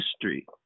history